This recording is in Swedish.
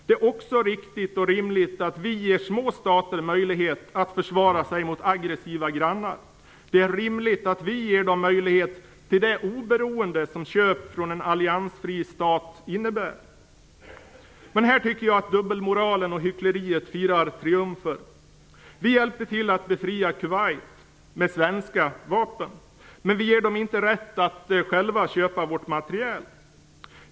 Det är också riktigt och rimligt att vi ger små stater möjlighet att försvara sig mot aggressiva grannar. Det är rimligt att vi ger dem möjlighet till det oberoende som köp från en alliansfri stat innebär. Men här tycker jag att dubbelmoralen och hyckleriet firar triumfer. Vi hjälpte till att befria Kuwait med svenska vapen, men vi ger dem inte rätt att köpa vårt materiel.